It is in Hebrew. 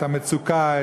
את המצוקה,